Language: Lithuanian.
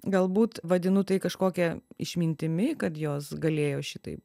galbūt vadinu tai kažkokia išmintimi kad jos galėjo šitaip